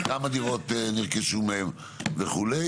כמה דירות נרכשו מהם וכו'.